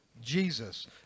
Jesus